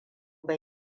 ba